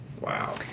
Wow